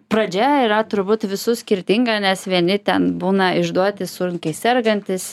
pradžia yra turbūt visų skirtinga nes vieni ten būna išduoti sunkiai sergantys